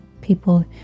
people